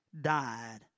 died